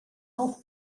health